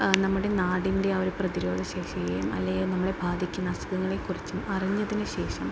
ആ നമ്മുടെ നാടിൻ്റെ ആ ഒരു പ്രതിരോധ ശേഷിയെ അല്ല നമ്മളെ ബാധിക്കുന്ന അസുഖങ്ങളെക്കുറിച്ചും അറിഞ്ഞതിന് ശേഷം